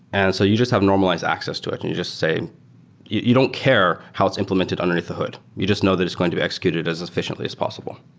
and so you just have normalized access to it and you just say you don't care how it's implemented underneath the hood. you just know that it's going to be executed as efficiently as possible